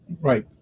Right